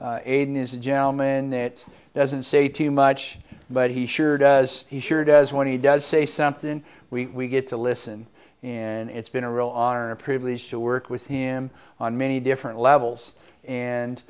is a gentleman that doesn't say too much but he sure does he sure does when he does say something and we get to listen and it's been a real honor a privilege to work with him on many different levels and